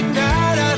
night